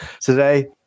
today